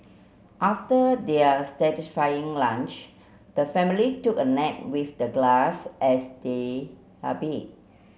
after their satisfying lunch the family took a nap with the grass as their a bed